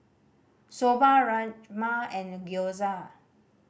Soba Rajma and Gyoza